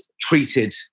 treated